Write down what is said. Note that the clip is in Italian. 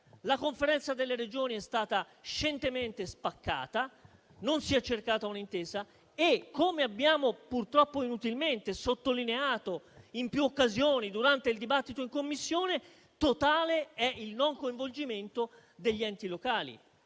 La Conferenza delle Regioni è stata scientemente spaccata, non si è cercata un'intesa e - come abbiamo purtroppo inutilmente sottolineato in più occasioni durante il dibattito in Commissione - totale è il mancato coinvolgimento degli enti locali,